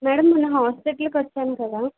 madam మొన్న హాస్పిటల్కి వచ్చాము కదా